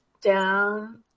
down